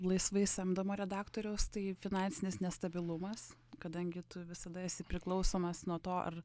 laisvai samdomo redaktoriaus tai finansinis nestabilumas kadangi tu visada esi priklausomas nuo to ar